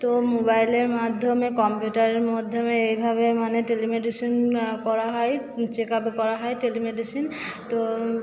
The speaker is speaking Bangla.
তো মোবাইলের মাধ্যমে কম্পিউটারের মধ্যমে এইভাবে মানে টেলিমেডিসিন করা হয় চেক আপও করা হয় টেলিমেডিসিন তো